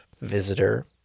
visitor